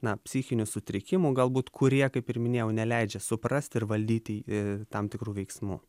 na psichinių sutrikimų galbūt kurie kaip ir minėjau neleidžia suprasti ir valdyti tam tikrų veiksmų